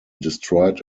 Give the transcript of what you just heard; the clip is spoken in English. destroyed